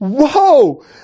whoa